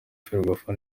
ferwafa